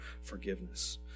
forgiveness